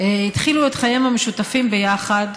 התחילו את חייהם המשותפים ביחד.